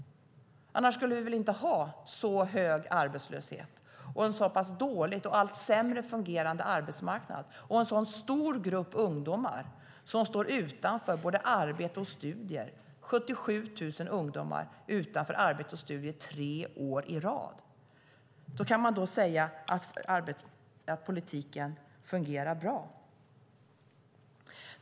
Annars skulle vi väl inte ha så hög arbetslöshet, en så pass dåligt och allt sämre fungerande arbetsmarknad och en så stor grupp ungdomar som står utanför både arbete och studier? Tre år i rad har 77 000 ungdomar stått utanför arbete och studier. Hur kan man då säga att politiken fungerar bra?